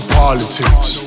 politics